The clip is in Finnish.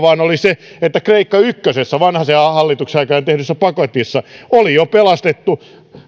oli se että kreikka ykkösessä vanhasen hallituksen aikana tehdyssä paketissa oli jo pelastettu